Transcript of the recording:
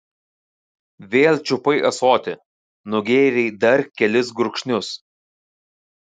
vėl čiupai ąsotį nugėrei dar kelis gurkšnius